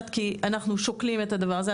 כי אנחנו שוקלים את הדבר הזה,